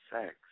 sex